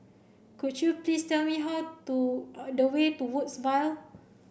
could you please tell me how to the way to Woodsville